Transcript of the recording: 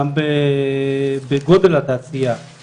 גם בגודל התעשייה,